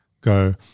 go –